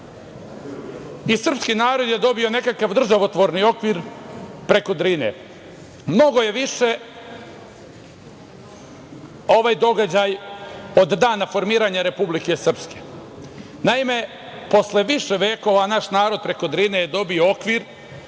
i srpski narod je dobio nekakav državotvorni okvir preko Drine. Mnogo je više ovaj događaj od dana formiranja Republike Srpske. Naime, posle više vekova naš narod preko Drine je dobio okvir